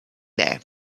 there